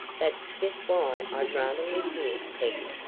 that's just why i'd rather live here, peggy.